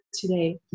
today